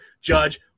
Judge